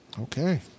Okay